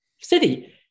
city